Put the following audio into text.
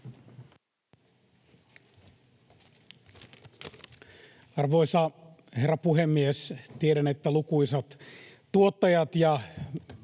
Arvoisa herra puhemies! Tiedän, että lukuisat tuottajat ja